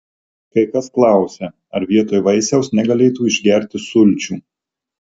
kai kas klausia ar vietoj vaisiaus negalėtų išgerti sulčių